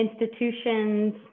institutions